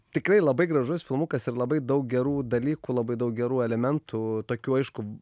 tikrai labai gražus filmukas ir labai daug gerų dalykų labai daug gerų elementų tokių aišku